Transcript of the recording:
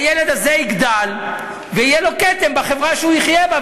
הילד הזה יגדל ויהיה לו כתם בחברה שהוא יחיה בה,